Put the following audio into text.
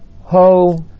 ho